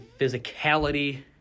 physicality